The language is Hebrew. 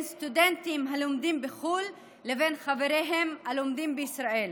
סטודנטים הלומדים בחו"ל לבין חבריהם הלומדים בישראל,